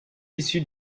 issue